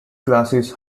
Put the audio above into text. classes